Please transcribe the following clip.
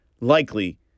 likely